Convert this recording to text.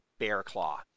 Bearclaw